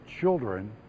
children